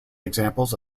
examples